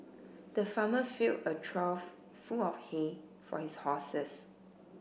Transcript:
the farmer filled a trough full of hay for his horses